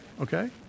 okay